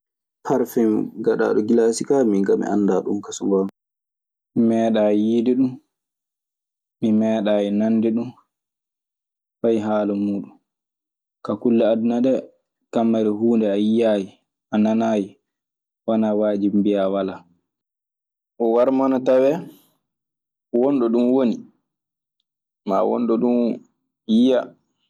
Parfeem kadadum gillasi ka min kam mi andadum so ngonga. Mi meeɗaa yiyde ɗun, mi meeɗaayi nande ɗun fay haala muuɗun. Kaa, kulle aduna ɗee, kammari a yiyaayi, a nanaayi, wanaa waajibu mbiyaa walaa. Warma ena tawee won ɗo ɗum woni maa ɗo ɗum yiya.